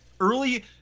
early